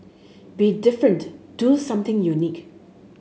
be different do something unique